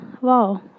wow